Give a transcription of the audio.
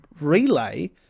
relay